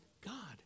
God